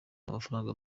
amafaranga